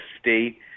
state